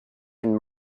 and